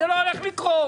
זה לא הולך לקרות.